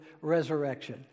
resurrection